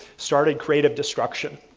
started creative destruction.